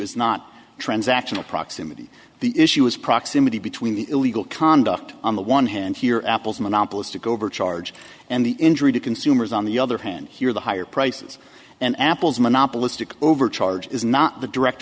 is not transactional proximity the issue is proximity between the illegal conduct on the one hand here apple's monopolistic overcharge and the injury to consumers on the other hand here the higher prices and apple's monopolistic overcharge is not the direct